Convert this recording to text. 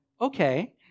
okay